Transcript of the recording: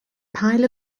pile